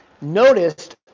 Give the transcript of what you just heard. noticed